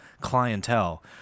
clientele